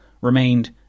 remained